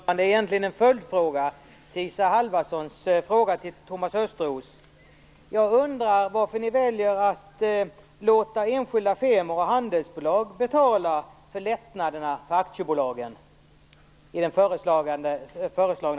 Fru talman! Vad jag vill ta upp är egentligen en följdfråga till Isa Halvarssons fråga till Thomas Östros: Varför väljer ni att i propositionen i fråga låta enskilda firmor och handelsbolag betala lättnaderna för aktiebolagen?